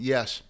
Yes